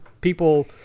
people